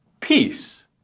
peace